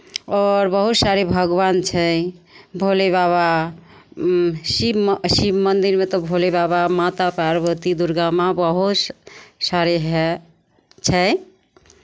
आओर बहुत सारे भगवान छै भोले बाबा शिव म शिव मन्दिरमे तऽ भोले बाबा माता पार्वती दुर्गा माँ बहुत सारे है छै